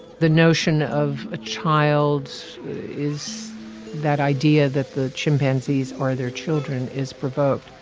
the notion of a child's is that idea that the chimpanzees are their children is provoked.